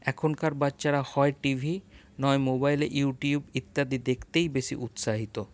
এখনকার বাচ্চারা হয় টিভি নয় মোবাইলে ইউটিউব ইত্যাদি দেখতেই বেশি উৎসাহিত